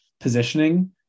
positioning